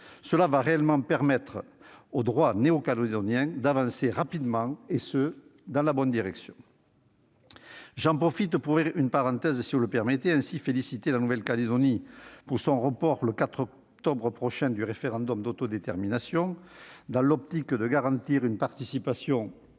Cela va réellement permettre au droit néocalédonien d'avancer rapidement et dans la bonne direction. J'en profite pour ouvrir une parenthèse et féliciter la Nouvelle-Calédonie pour le report au 4 octobre prochain du référendum d'autodétermination. Afin de garantir une participation élevée